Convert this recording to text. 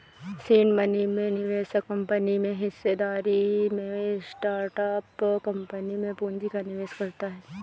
seed money में निवेशक कंपनी में हिस्सेदारी में स्टार्टअप कंपनी में पूंजी का निवेश करता है